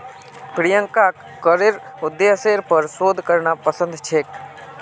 प्रियंकाक करेर उद्देश्येर पर शोध करना पसंद छेक